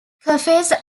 cafes